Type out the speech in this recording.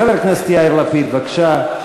חבר הכנסת יאיר לפיד, בבקשה.